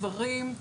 גברים,